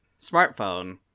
smartphone